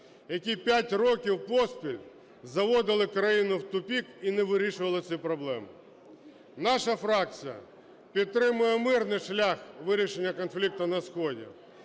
які 5 років поспіль заводили країну в тупик і не вирішували цю проблему. Наша фракція підтримує мирний шлях вирішення конфлікту на сході.